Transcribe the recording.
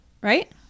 right